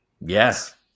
Yes